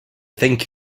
thank